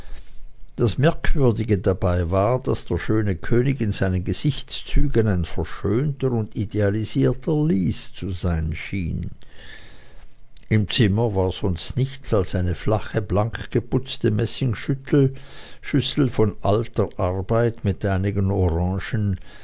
das merkwürdige dabei war daß der schöne könig in seinen gesichtszügen ein verschönter und idealisierter lys zu sein schien im zimmer war sonst nichts als eine flache blankgeputzte messingschüssel von alter arbeit mit einigen orangen